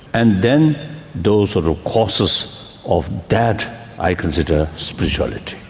and then those sort of causes of that i consider spirituality.